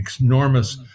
enormous